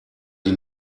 die